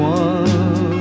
one